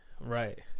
Right